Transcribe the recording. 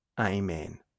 Amen